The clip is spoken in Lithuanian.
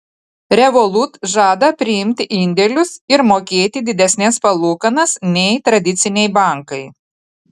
revolut žada priimti indėlius ir mokėti didesnes palūkanas nei tradiciniai bankai